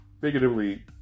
Figuratively